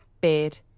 beard